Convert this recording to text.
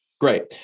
great